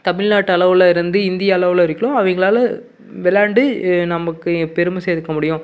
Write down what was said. தமிழ்நாட்டு அளவில் இருந்து இந்திய அளவில் வரைக்கும் அவங்களால விளாண்டு நமக்கு பெருமை சேர்க்க முடியும்